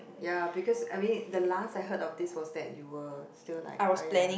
ya because I mean the last I heard of this was that you were still like !aiya!